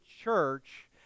church